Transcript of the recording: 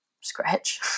scratch